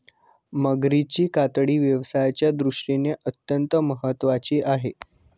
मगरीची कातडी व्यवसायाच्या दृष्टीने अत्यंत महत्त्वाची आहे